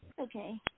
Okay